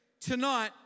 tonight